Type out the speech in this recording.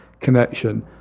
Connection